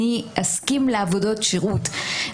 אני אסכים לעבודות שירות,